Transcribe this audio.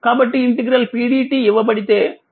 కాబట్టి 01Pdtఇవ్వబడితే మరియు Pvi